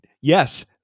Yes